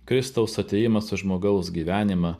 kristaus atėjimas į žmogaus gyvenimą